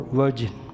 virgin